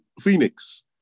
Phoenix